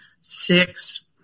six